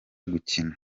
gukina